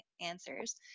answers